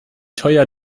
teuer